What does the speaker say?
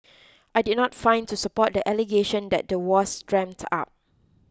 I did not find to support the allegation that the was dreamt up